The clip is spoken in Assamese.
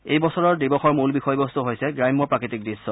এই বছৰৰ দিৱসৰ মূল বিষয়বস্তু হৈছে গ্ৰাম্য প্ৰাকৃতিক দৃশ্য